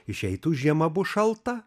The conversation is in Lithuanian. išeitų žiema bus šalta